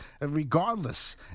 regardless